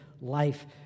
life